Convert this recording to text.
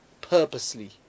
purposely